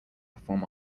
perform